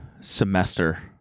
semester